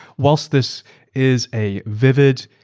whilst this is a vivid,